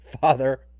Father